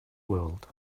world